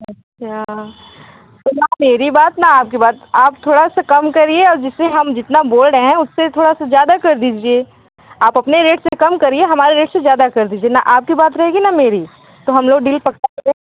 अच्छा तो ना मेरी बात ना आपकी बात आप थोड़ा सा कम करिए और जिस से हम जितना बोल रहे हैं उससे थोड़ा सा ज़्यादा कर दीजिए आप अपने रेट से कम करिए हमारे रेट से ज़्यादा कर दीजिए ना आप की बात रहेग ना मेरी तो हम लोग डील पक्का करें